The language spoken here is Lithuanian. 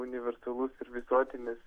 universalus ir visuotinis